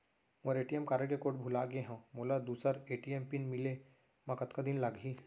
मोर ATM card के code भुला गे हव, मोला दूसर ए.टी.एम मिले म कतका दिन लागही?